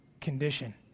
condition